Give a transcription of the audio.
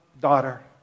daughter